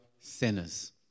Sinners